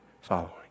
following